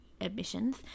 emissions